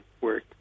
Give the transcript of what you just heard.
work